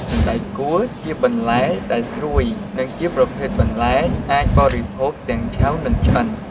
សណ្តែកគួរ ជាបន្លែដែលស្រួយ និងជាប្រភេទបន្លែអាចបរិភោគទាំងឆៅនិងឆ្អិន។